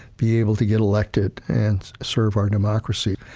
be able to get elected and serve our democracy.